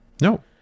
No